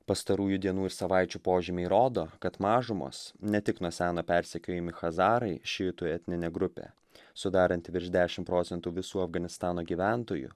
pastarųjų dienų ir savaičių požymiai rodo kad mažumos ne tik nuo seno persekiojami chazarai šiitų etninė grupė sudaranti virš dešimt procentų visų afganistano gyventojų